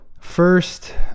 First